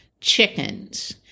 chickens